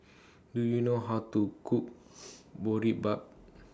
Do YOU know How to Cook Boribap